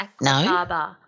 no